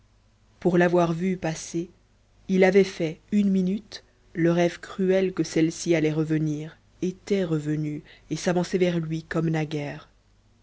pour l'avoir vue passer il avait fait une minute le rêve cruel que celle-ci allait revenir était revenue et s'avançait vers lui comme